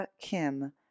Kim